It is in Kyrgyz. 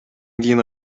кийин